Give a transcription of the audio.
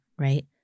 Right